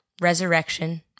resurrection